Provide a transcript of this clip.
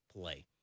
play